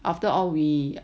after all we